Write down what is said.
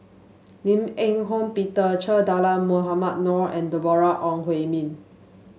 Lim Eng Hock Peter Che Dah Mohamed Noor and Deborah Ong Hui Min